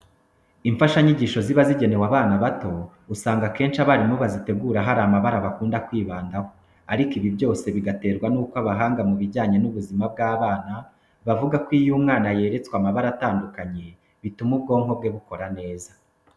Imfashanyigisho ziba zigenewe abana bato, usanga akenshi abarimu bazitegura hari amabara bakunda kwibandaho, ariko ibi byose bigaterwa nuko abahanga mu bijyanye n'ubuzima bw'abana bavuga ko iyo umwana yeretswe amabara atandukanye bituma ubwonko bwe bukora neza.